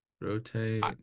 Rotate